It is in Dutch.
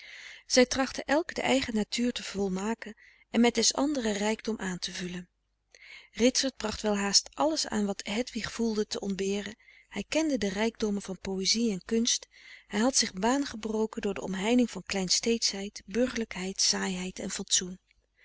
zij trachten elk de eigen natuur te volmaken en met des anderen rijkdom aan te vullen ritsert bracht welhaast alles aan wat hedwig voelde te ontberen hij kende de rijkdommen van poëzie en frederik van eeden van de koele meren des doods kunst hij had zich baangebroken door de omheining van kleinsteedschheid burgerlijkheid saaiheid en fatsoen